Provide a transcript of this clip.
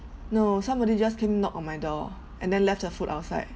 no somebody just came knock on my door and then left the food outside